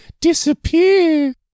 disappear